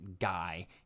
guy